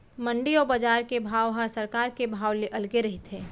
मंडी अउ बजार के भाव ह सरकार के भाव ले अलगे रहिथे